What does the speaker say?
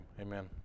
amen